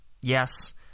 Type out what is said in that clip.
yes